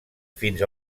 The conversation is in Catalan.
fins